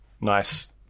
nice